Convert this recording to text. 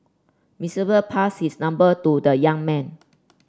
passed its number to the young man